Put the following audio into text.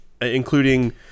including